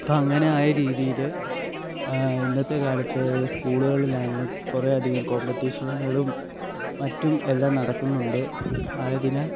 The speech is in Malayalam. അപ്പ അങ്ങനെ രീതിയിൽ ഇന്നത്തെ കാലത്ത് സ്കൂളുകളിൽ ആണെങ്കിലും കുറേ അധികം കോംപറ്റീഷനുകളും മറ്റും എല്ലാം നടക്കുന്നുണ്ട് ആയതിനാൽ